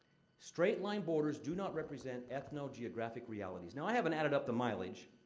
straight-line borders do not represent ethno-geographic realities. now, i have and added up the mileage.